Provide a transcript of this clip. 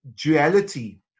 duality